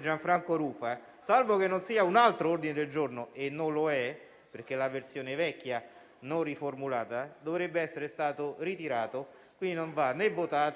senatore Rufa, salvo che non sia un altro ordine del giorno (e non lo è, perché è la versione vecchia non riformulata), dovrebbe essere stato ritirato e quindi non va votato, né altro.